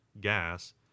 gas